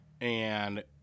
And-